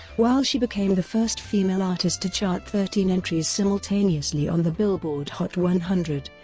while she became the first female artist to chart thirteen entries simultaneously on the billboard hot one hundred,